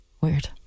Weird